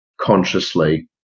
consciously